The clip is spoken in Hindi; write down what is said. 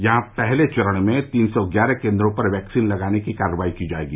यहां पहले चरण में तीन सौ ग्यारह केन्द्रों पर वैक्सीन लगाने की कार्रवाई की जायेगी